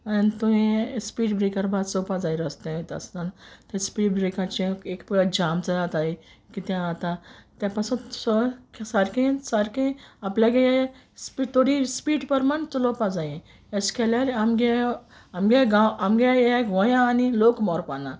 आनी तुयें speed breaker बा चोवपा जायो रस्त्यार वोयता आसतना ते स्पीड ब्रेकाचेर एक जांप जाताय किद्या जाता ते पासून तो सारकेंच सारकें आपल्यागे स्पीड थोडी स्पीड प्रमाण चलोवपा जाय एशें केल्यार आमगे आमगे गांव आमगे हें गोंयां आनी लोक मोरपाना